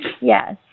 Yes